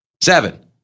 Seven